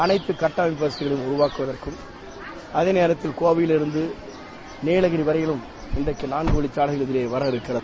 அனைத்துக் கட்டமைப்பு வசதிகளும் உருவாக்கப்பட்டுள்ளது அதே நேரத்தில் கோவையிலிருந்து நீலகிரி வரையிலும் இன்னைக்கு நான்கு வழிச்சாலை வரவிருக்கிறது